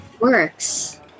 works